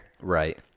right